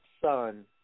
son